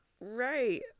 right